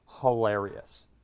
hilarious